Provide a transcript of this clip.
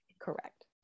Correct